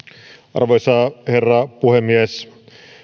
arvoisa herra puhemies